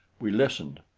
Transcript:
we listened.